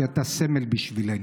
כי אתה סמל בשבילנו.